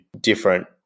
different